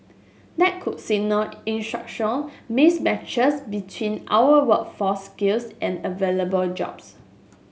that could signal in structural mismatches between our workforce skills and available jobs